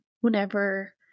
whenever